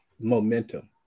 momentum